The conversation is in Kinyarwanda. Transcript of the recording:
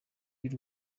y’u